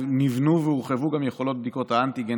נבנו והורחבו גם יכולות בדיקות האנטיגן